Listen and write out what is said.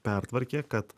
pertvarkė kad